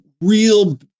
real